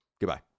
Goodbye